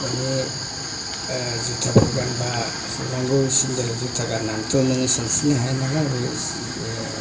माने जुथाफोर गानबा खुनांगौ सिन्देल जुथा गाननानैथ' नों सानस्रिनो हाया नालाय बे